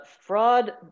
fraud